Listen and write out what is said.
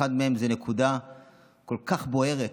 אחת מהן זו נקודה כל כך בוערת,